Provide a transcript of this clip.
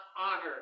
honor